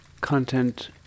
content